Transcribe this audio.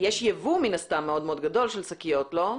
ייבוא מאוד גדול של שקיות, לא?